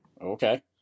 Okay